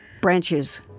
Branches